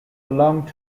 belonged